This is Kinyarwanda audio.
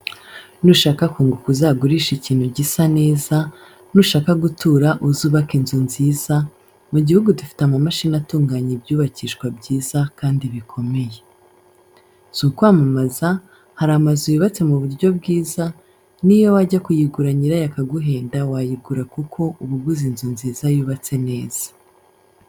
Nushaka kunguka uzagurishe ikintu gisa neza, nushaka gutura uzubake inzu nziza, mu gihugu dufite amamashini atunganya ibyubakishwa byiza kandi bikomeye. Si ukwamamaza hari amazu yubatse mu buryo bwiza, ni yo wajya kuyigura nyirayo akaguhenda wayigura kuko uba uguze inzu nziza yubatse neza.